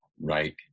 right